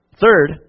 Third